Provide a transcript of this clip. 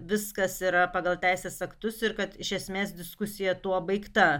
viskas yra pagal teisės aktus ir kad iš esmės diskusija tuo baigta